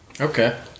Okay